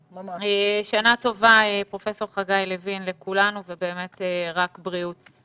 שנה טובה לכולנו, ובאמת, רק בריאות לכולנו.